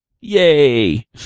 yay